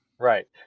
right